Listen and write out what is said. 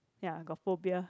ya got phobia